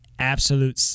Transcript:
absolute